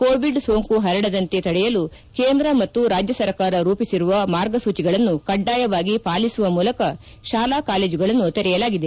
Covid ಸೋಂಕು ಹರಡದಂತೆ ತಡೆಯಲು ಕೇಂದ್ರ ಮತ್ತು ರಾಜ್ಯ ಸರ್ಕಾರ ರೂಪಿಸಿರುವ ಮಾರ್ಗಸೂಚಿಗಳನ್ನು ಕಡ್ಡಾಯವಾಗಿ ಪಾಲಿಸುವ ಮೂಲಕ ಶಾಲಾ ಕಾಲೇಜುಗಳನ್ನು ತೆರೆಯಲಾಗಿದೆ